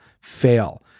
fail